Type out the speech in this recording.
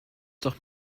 doch